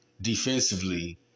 defensively